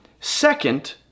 second